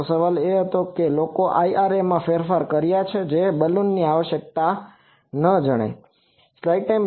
તો સવાલ એ હતો કે લોકોએ IRA માં ફેરફાર કર્યા છે જેથી બાલુનની આવશ્યકતા ન જણાય